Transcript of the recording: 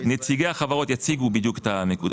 - נציגי החברה יציגו בדיוק את הנקודות.